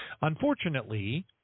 unfortunately